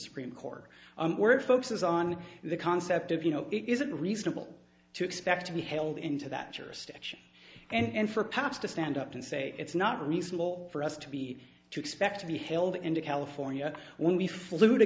supreme court where it focuses on the concept of you know it isn't reasonable to expect to be held into that jurisdiction and for perhaps to stand up and say it's not reasonable for us to be to expect to be held into california when we flew to